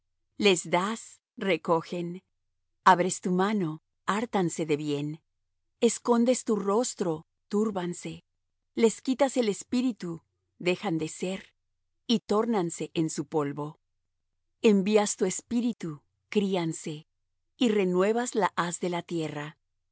les das recogen abres tu mano hártanse de bien escondes tu rostro túrbanse les quitas el espíritu dejan de ser y tórnanse en su polvo envías tu espíritu críanse y renuevas la haz de la tierra